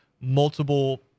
multiple